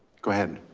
go ahead.